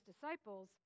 disciples